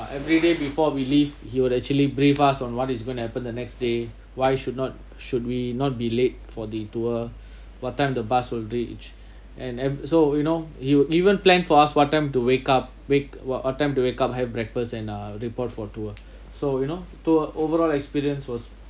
everyday before we leave he would actually brief us on what is going to happen the next day why should not should we not be late for the tour what time the bus will reach and so you know he even plan for us what time to wake up wake what time to wake up have breakfast and uh report for tour so you know tour overall experience was